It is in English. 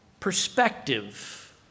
Perspective